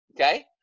okay